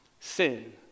sin